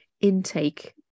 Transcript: intake